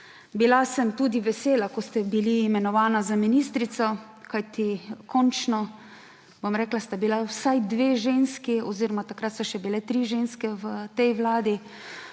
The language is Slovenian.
Bila sem tudi vesela, ko ste bili imenovana za ministrico, kajti končno, bom rekla, sta bili vsaj dve ženski oziroma takrat so bile še tri ženske v tej vladi,